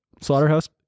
slaughterhouse